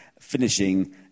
finishing